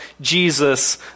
Jesus